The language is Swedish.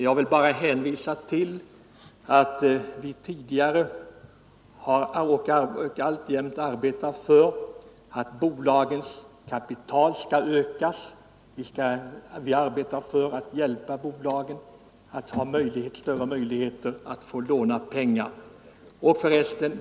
Jag vill då hänvisa till att vi tidigare har arbetat för och alltjämt arbetar för att bolagens kapital skall ökas. Vi arbetar för att hjälpa bolagen till större möjligheter att få låna pengar.